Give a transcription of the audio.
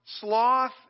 sloth